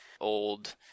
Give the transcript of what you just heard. old